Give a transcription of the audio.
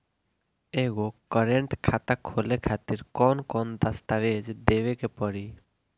एगो करेंट खाता खोले खातिर कौन कौन दस्तावेज़ देवे के पड़ी?